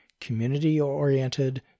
community-oriented